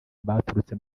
baturutse